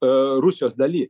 rusijos daly